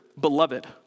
beloved